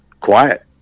quiet